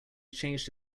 changed